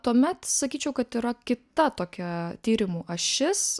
tuomet sakyčiau kad yra kita tokia tyrimų ašis